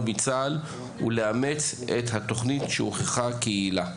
מצה"ל ולאמץ את התוכנית שהוכחה כיעילה.